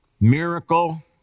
miracle